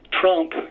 Trump